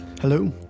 Hello